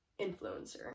influencer